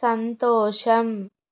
సంతోషం